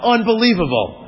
Unbelievable